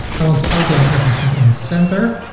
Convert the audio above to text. i want to outline everything in the center.